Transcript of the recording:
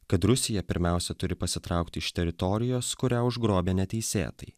kad rusija pirmiausia turi pasitraukti iš teritorijos kurią užgrobė neteisėtai